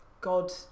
God